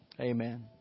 Amen